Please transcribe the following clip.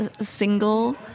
single